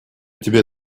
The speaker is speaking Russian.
тебе